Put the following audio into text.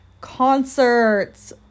concerts